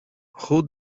who